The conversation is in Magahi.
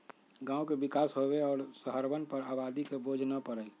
गांव के विकास होवे और शहरवन पर आबादी के बोझ न पड़ई